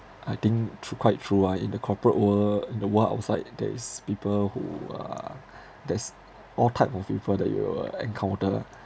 I think tr~ quite true ah in the corporate world the world outside there is people who are there's all type of people that you will encounter ah